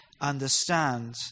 understand